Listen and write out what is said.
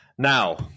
Now